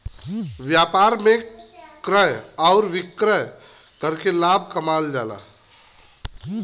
व्यापार में क्रय आउर विक्रय करके लाभ कमावल जाला